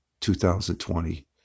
2020